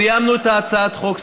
סיימנו את הצעת החוק,